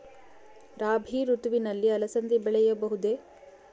ರಾಭಿ ಋತುವಿನಲ್ಲಿ ಅಲಸಂದಿ ಬೆಳೆಯಬಹುದೆ?